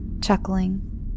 chuckling